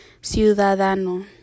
ciudadano